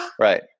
Right